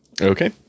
Okay